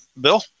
Bill